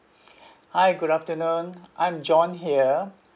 hi good afternoon I am john here